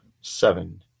Seven